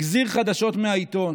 גזיר חדשות מהעיתון